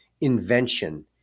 invention